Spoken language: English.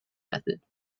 method